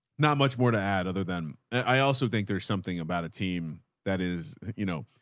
not much more to add other than i also think there's something about a team that is, you know,